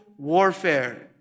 Warfare